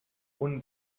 und